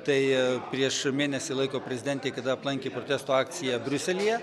tai prieš mėnesį laiko prezidentė kada aplankė protesto akciją briuselyje